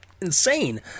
insane